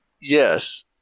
yes